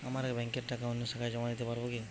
আমার এক ব্যাঙ্কের টাকা অন্য শাখায় জমা দিতে পারব কি?